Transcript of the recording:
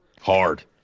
Hard